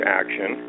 action